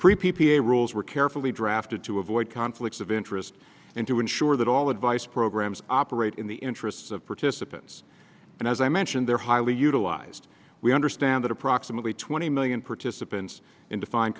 pre p p a rules were carefully drafted to avoid conflicts of interest and to ensure that all advice programs operate in the interests of participants and as i mentioned they're highly utilized we understand that approximately twenty million participants in defined